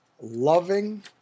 loving